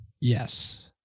yes